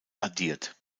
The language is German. addiert